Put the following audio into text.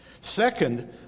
Second